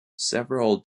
several